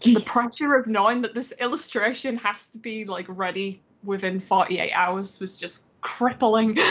the pressure of knowing that this illustration has to be like ready within forty eight hours was just crippling.